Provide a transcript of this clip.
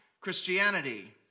Christianity